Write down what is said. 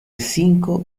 cinco